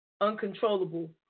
Uncontrollable